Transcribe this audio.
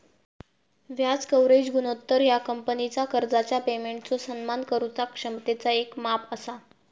व्याज कव्हरेज गुणोत्तर ह्या कंपनीचा कर्जाच्या पेमेंटचो सन्मान करुचा क्षमतेचा येक माप असा